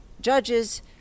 judges